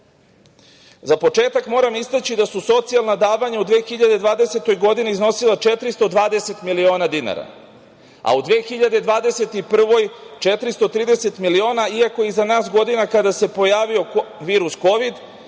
Za početak moram istaći da su socijalna davanja u 2020. godini iznosila 420 miliona dinara, a u 2021. godini 430 miliona, iako je iza nas godina kada se pojavio virus Kovid